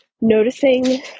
noticing